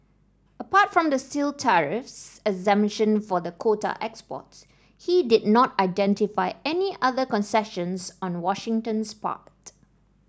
apart from the steel tariffs exemption for the quota exports he did not identify any other concessions on Washington's part